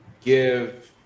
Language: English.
give